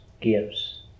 gives